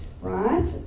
right